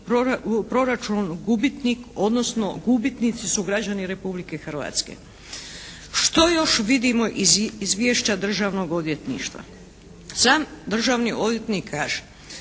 proračun gubitnik, odnosno gubitnici su građani Republike Hrvatske. Što još vidimo iz izvješća Državnog odvjetništva? Sam državni odvjetnik kaže